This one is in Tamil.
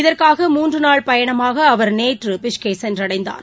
இதற்காக மூன்றுநாள் பயணமாகஅவர் நேற்றுபிஷ்கேசென்றடைந்தார்